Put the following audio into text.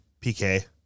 PK